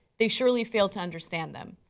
they surely failed to understand them.